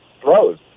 throws